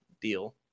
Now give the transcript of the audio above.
deal